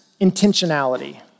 intentionality